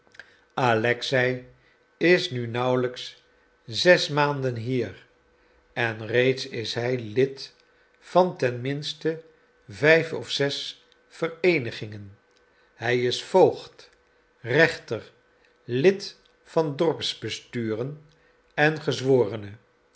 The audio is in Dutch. alexei is nu nauwelijks zes maanden hier en reeds is hij lid van ten minste vijf of zes vereenigingen hij is voogd rechter lid van dorpsbesturen en gezworene